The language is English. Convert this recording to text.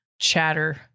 chatter